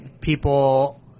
people